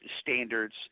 standards